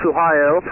Ohio